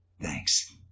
Thanks